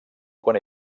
quan